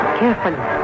carefully